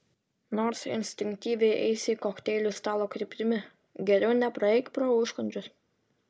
nors instinktyviai eisi kokteilių stalo kryptimi geriau nepraeik pro užkandžius